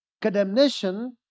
condemnation